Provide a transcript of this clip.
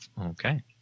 Okay